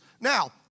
Now